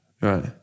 Right